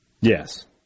Yes